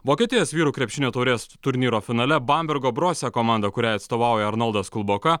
vokietijos vyrų krepšinio taurės turnyro finale bambergo brose komanda kuriai atstovauja arnoldas kulboka